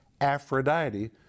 Aphrodite